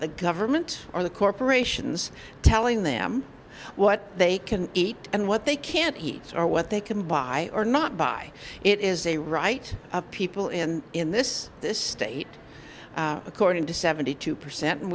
the government or the corporations telling them what they can eat and what they can't eat or what they can buy or not buy it is a right of people in in this this state according to seventy two percent and